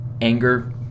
anger